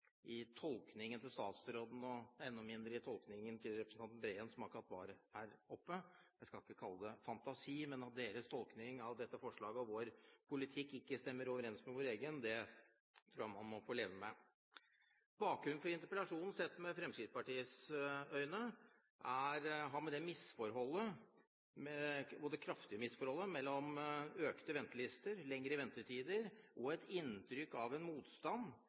i tolkningen til statsråden og enda mindre i tolkningen til representanten Breen, som akkurat var på talerstolen. Jeg skal ikke kalle det fantasi, men at deres tolkning av dette forslaget og vår politikk ikke stemmer overens med vår egen, tror jeg man må leve med. Bakgrunnen for interpellasjonen – sett med Fremskrittspartiets øyne – har med det kraftige misforholdet mellom økte ventelister, lengre ventetider og et inntrykk av en motstand